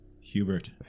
Hubert